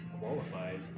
qualified